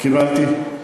קיבלתי.